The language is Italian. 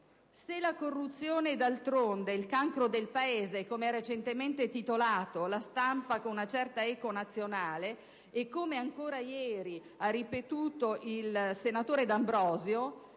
Se la corruzione d'altronde è il cancro del Paese, come ha recentemente titolato la stampa con una certa eco nazionale e come ancora ieri ha ripetuto il senatore D'Ambrosio,